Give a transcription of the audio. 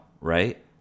right